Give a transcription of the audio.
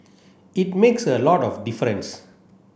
it makes a lot of difference